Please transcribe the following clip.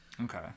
Okay